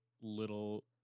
little